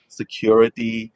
security